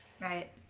Right